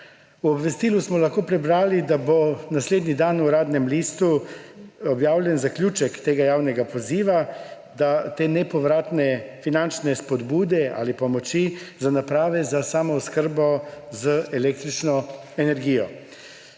V obvestilu smo lahko prebrali, da bo naslednji dan v Uradnem listu objavljen zaključek tega javnega poziva – Nepovratne finančne spodbude/pomoči za naprave za samooskrbo z električno energijo.